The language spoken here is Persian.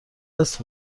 است